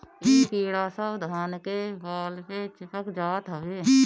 इ कीड़ा सब धान के बाल पे चिपक जात हवे